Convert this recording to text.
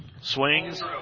swings